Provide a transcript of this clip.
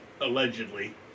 allegedly